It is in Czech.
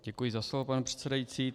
Děkuji za slovo, pane předsedající.